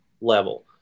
level